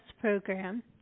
program